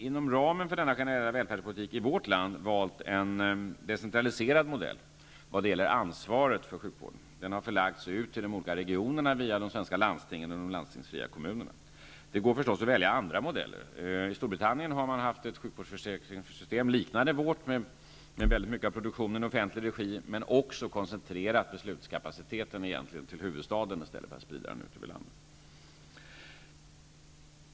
Inom ramen för denna generella välfärdspolitik har vi i vårt land valt en decentraliserad modell när det gäller ansvaret för sjukvården. Det har förlagts ut till de olika regionerna via de svenska landstingen och de landstingsfria kommunerna. Det går förstås att välja andra modeller. I Storbritannien har man haft ett sjukvårdsförsäkringssystem liknande vårt med mycket av produktionen i offentlig regi, men man har också koncentrerat beslutskapaciteten till huvudstaden i stället för att sprida den ut över landet.